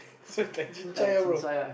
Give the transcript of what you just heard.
so it's like chin-cai lah bro